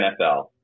NFL